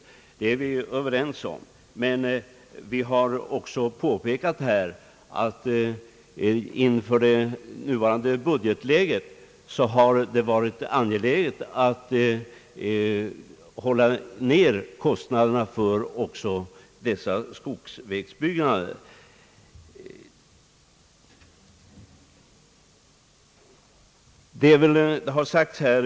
Den saken är vi överens om, men reservanterna har också påpekat att det i nuvarande budgetläge är angeläget att hålla nere kostnaderna också när det gäller byggandet av skogsbilvägar.